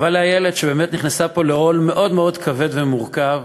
אבל איילת, שנכנסה פה לעול מאוד מאוד כבד ומורכב,